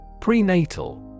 Prenatal